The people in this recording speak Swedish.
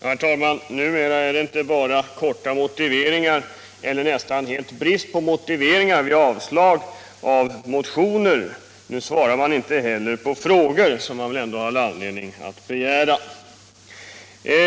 Herr talman! Numera är det inte bara korta motiveringar eller nästan fullständig brist på motiveringar när man vill avslå motioner. Nu svarar man inte heller på frågor, vilket vi väl ändå har anledning att begära.